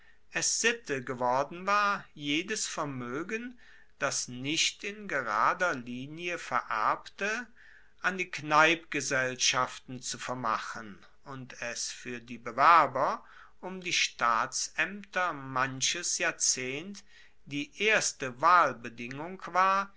sitte geworden war jedes vermoegen das nicht in gerader linie vererbte an die kneipgesellschaften zu vermachen und es fuer die bewerber um die staatsaemter manches jahrzehnt die erste wahlbedingung war